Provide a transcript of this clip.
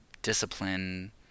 discipline